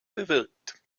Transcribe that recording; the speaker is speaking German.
bewirkt